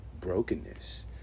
brokenness